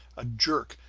a jerk,